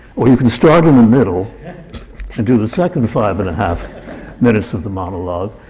or you can start in the middle and do the second five and a half minutes of the monologue.